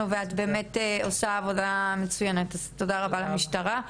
ואת באמת עושה עבודה מצוינת אז תודה רבה לך.